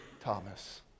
Thomas